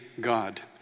God